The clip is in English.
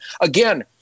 Again